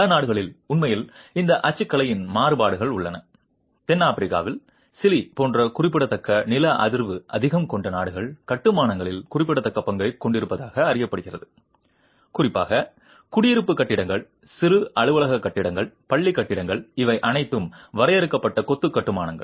பல நாடுகளில் உண்மையில் இந்த அச்சுக்கலையின் மாறுபாடுகள் உள்ளன தென் அமெரிக்காவில் சிலி போன்ற குறிப்பிடத்தக்க நில அதிர்வு அதிகம் கொண்ட நாடுகள் கட்டுமானங்களின் குறிப்பிடத்தக்க பங்கைக் கொண்டிருப்பதாக அறியப்படுகிறது குறிப்பாக குடியிருப்பு கட்டிடங்கள் சிறிய அலுவலக கட்டிடங்கள் பள்ளி கட்டிடங்கள் இவை அனைத்தும் வரையறுக்கப்பட்ட கொத்து கட்டுமானங்கள்